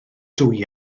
dwy